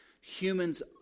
Humans